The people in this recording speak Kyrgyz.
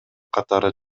катары